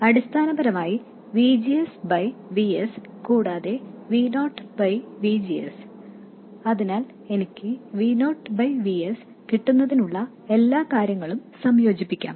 അടിസ്ഥാനപരമായി V G S V s കൂടാതെ V o V G S ആണുള്ളത് അതിനാൽ എനിക്ക് V o V s കിട്ടുന്നതിനായി എല്ലാ കാര്യങ്ങളും സംയോജിപ്പിക്കാം